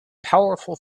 powerful